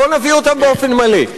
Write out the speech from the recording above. בוא נביא אותם באופן מלא.